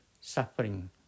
suffering